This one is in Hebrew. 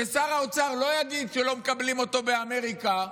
ששר האוצר לא יגיד שלא מקבלים אותו באמריקה?